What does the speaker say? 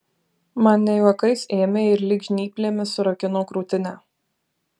man ne juokais ėmė ir lyg žnyplėmis surakino krūtinę